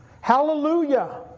Hallelujah